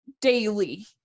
daily